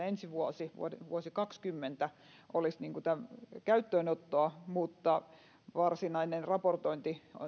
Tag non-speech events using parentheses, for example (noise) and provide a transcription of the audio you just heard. (unintelligible) ensi vuosi vuosi kaksikymmentä olisi tämän käyttöönottoa mutta varsinainen raportointi